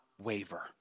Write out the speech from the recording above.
waver